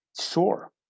Sure